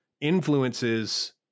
influences